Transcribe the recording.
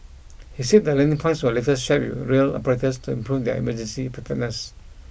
he said the learning points were later shared with rail operators to improve their emergency preparedness